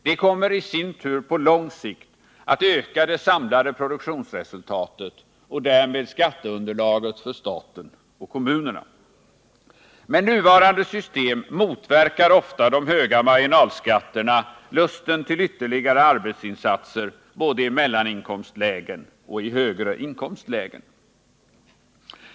Det kommer i sin tur på lång sikt att öka det samlade produktionsresultatet och därmed skatteunderlaget för staten och kommunerna. Med nuvarande system motverkar ofta de höga marginalskatterna lusten till ytterligare arbetsinsatser både i mellaninkomstlägen och i höga inkomstlägen.